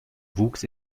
wuchs